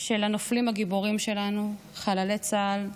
של הנופלים הגיבורים שלנו, חללי צה"ל,